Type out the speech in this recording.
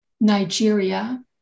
Nigeria